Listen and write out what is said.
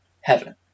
heaven